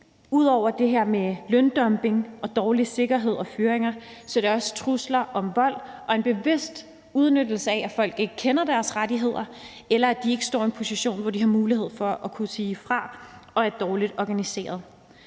Ud over det her med løndumping og dårlig sikkerhed og fyringer er det også trusler om vold og en bevidst udnyttelse af, at folk ikke kender deres rettigheder, eller at de ikke står i en position, hvor de har mulighed for at kunne sige fra og er dårligt organiseret.